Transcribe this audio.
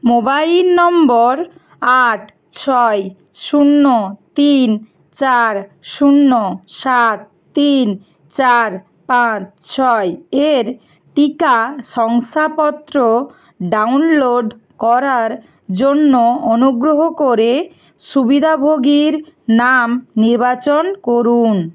mobile নম্বর আট ছয় শূন্য তিন চার শূন্য সাত তিন চার পাঁচ ছয় এর টিকা শংসাপত্র ডাউনলোড করার জন্য অনুগ্রহ করে সুবিধাভোগীর নাম নির্বাচন করুন